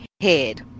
head